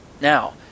Now